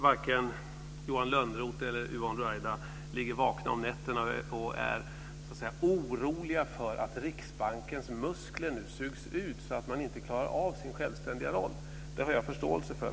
Varken Johan Lönnroth eller Yvonne Ruwaida ligger vakna om nätterna och är oroliga för att Riksbankens muskler nu sugs ut så att man inte klarar av sin självständiga roll. Det har jag förståelse för.